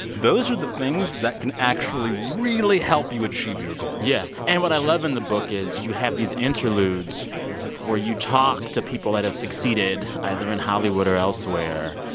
those are the things that can actually really help you achieve achieve your goals yeah. and what i love in the book is you have these interludes where you talk to people that have succeeded, either in hollywood or elsewhere,